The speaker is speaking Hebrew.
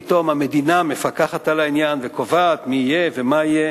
פתאום המדינה מפקחת על העניין וקובעת מי יהיה ומה יהיה.